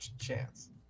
chance